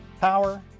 power